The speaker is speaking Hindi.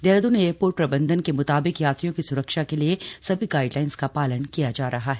देहराद्रन एयरपोर्ट प्रबंधन के मुताबिक यात्रियों की सुरक्षा के लिए सभी गाइडलाइंस का पालन किया जा रहा है